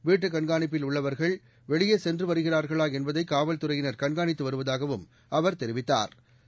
வீட்டுக் கண்காணிப்பில் உள்ளவர்கள் வெளியே சென்று வருகிறா்களா என்பதை காவல்துறையினா் கண்காணித்து வருவதாகவும் அவா் தெரிவித்தாா்